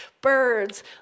Birds